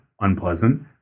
unpleasant